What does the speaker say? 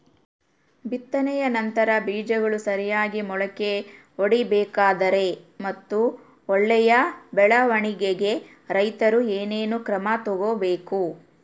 ಬಿತ್ತನೆಯ ನಂತರ ಬೇಜಗಳು ಸರಿಯಾಗಿ ಮೊಳಕೆ ಒಡಿಬೇಕಾದರೆ ಮತ್ತು ಒಳ್ಳೆಯ ಬೆಳವಣಿಗೆಗೆ ರೈತರು ಏನೇನು ಕ್ರಮ ತಗೋಬೇಕು?